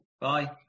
Bye